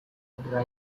either